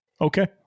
Okay